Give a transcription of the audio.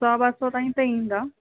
सौ ॿ सौ ताईं त ईंदा